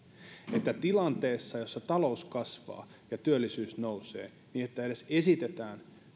tilanteessa jossa talous kasvaa ja työllisyys nousee se että edes esitetään